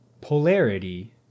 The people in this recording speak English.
polarity